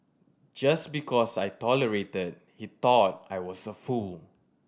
just because I tolerated he thought I was a fool